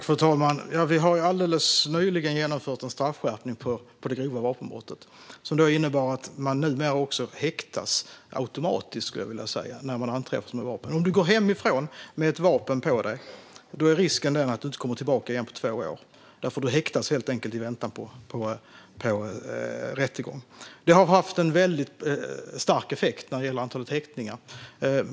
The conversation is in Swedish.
Fru talman! Vi har alldeles nyligen genomfört en straffskärpning när det gäller grovt vapenbrott. Den innebär att man numera också häktas, i det närmaste automatiskt, om man anträffas med vapen. Om du går hemifrån med ett vapen på dig är risken att du inte kommer tillbaka förrän om två år, för du häktas i väntan på rättegång. Detta har haft en stark effekt på antalet häktningar.